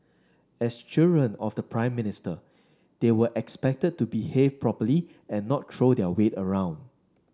as children of the Prime Minister they were expected to behave properly and not throw their weight around